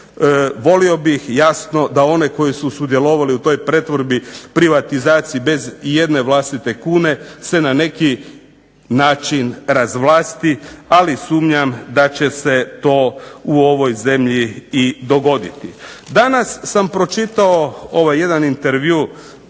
volio bih jasno da one koji su sudjelovali u toj pretvorbi, privatizaciji bez ijedne vlastite kune se na neki način razvlasti, ali sumnjam da će se to u ovoj zemlji i dogoditi. Danas sam pročitao ovaj jedan intervju,